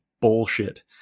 bullshit